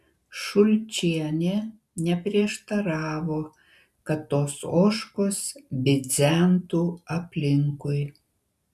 šulčienė neprieštaravo kad tos ožkos bidzentų aplinkui